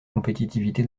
compétitivité